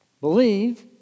believe